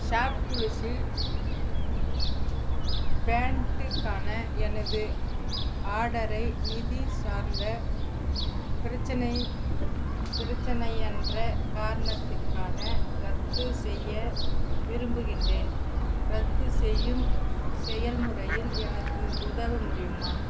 shop குலூசில் பேண்ட்டுக்கான எனது ஆர்டரை நிதி சார்ந்த பிரச்சினை பிரச்சினை என்ற காரணத்திற்கான ரத்து செய்ய விரும்புகின்றேன் ரத்து செய்யும் செயல்முறையில் எனக்கு உதவ முடியுமா